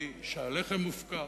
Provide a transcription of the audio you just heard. היא שהלחם מופקע,